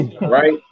right